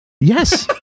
Yes